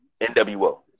NWO